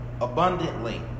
abundantly